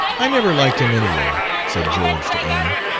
i never liked him, anyway, said george to amy.